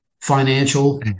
financial